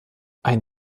ein